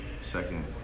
Second